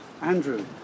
Andrew